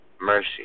Mercy